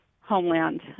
Homeland